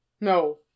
No